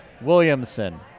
Williamson